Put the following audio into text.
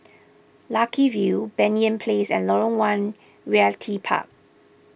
Lucky View Banyan Place and Lorong one Realty Park